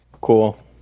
Cool